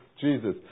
Jesus